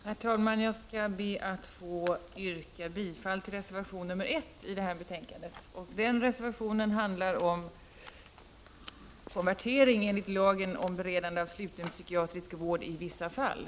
Herr talman! Jag skall be att få yrka bifall till reservation 1 fogad till betänkandet. Denna reservation handlar om konvertering enligt lagen om beredande av sluten psykiatrisk vård i vissa fall.